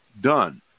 done